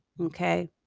okay